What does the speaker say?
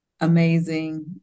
amazing